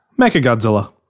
Mechagodzilla